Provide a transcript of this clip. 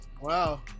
Wow